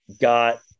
got